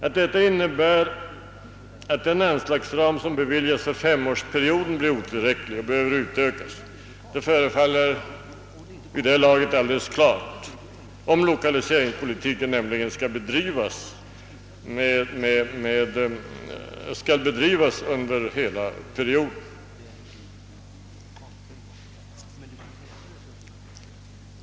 Att den anslagsram som beviljats för femårsperioden blir otillräcklig och behöver vidgas förefaller vid det här laget alldeles klart, om lokaliseringspolitiken skall bedrivas under hela perioden.